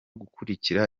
gukurikira